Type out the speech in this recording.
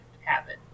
happen